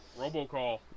Robocall